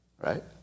right